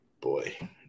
boy